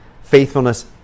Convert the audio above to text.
Faithfulness